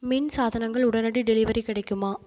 மின் சாதனங்கள் உடனடி டெலிவரி கிடைக்குமா